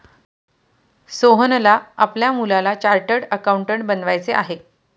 सोहनला आपल्या मुलाला चार्टर्ड अकाउंटंट बनवायचे आहे